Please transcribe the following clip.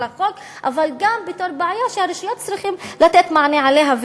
אבל גם בתור בעיה שהרשויות צריכות לתת מענה עליה,